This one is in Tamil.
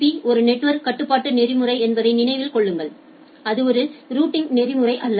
பி ஒரு நெட்வொர்க் கட்டுப்பாட்டு நெறிமுறை என்பதை நினைவில் கொள்ளுங்கள் அது ஒரு ரூட்டிங் நெறிமுறை அல்ல